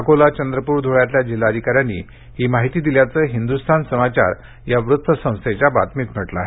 अकोला चंद्रप्र ध्ळ्यातल्या जिल्हाधिकाऱ्यांनी ही माहिती दिल्याचं हिंदुस्थान समाचार या वृतसंस्थेच्या बातमीत म्हटलं आहे